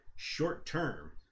short-term